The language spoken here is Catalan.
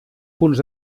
punts